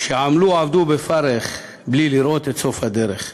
שעמלו עבדו בפרך / בלי לראות את סוף הדרך.